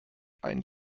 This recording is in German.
ein